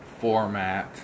format